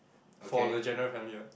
for the general family [what]